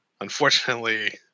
Unfortunately